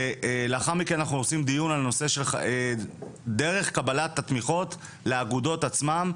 ולאחר מכן אנחנו עושים דיון על הנושא של דרך קבלת התמיכות לאגודות עצמן,